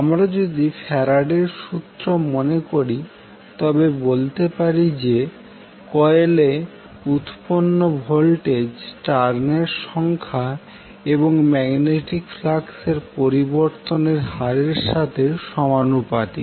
আমরা যদি ফ্যারাডের সূত্র মনে করি তবে বলতে পারি যে কয়েলে উৎপন্ন ভোল্টেজ টার্নের সংখ্যা এবং ম্যাগনেটিক ফ্লাক্স পরিবর্তনের হারের সাথে সমানুপাতিক